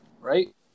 right